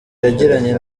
yagiranye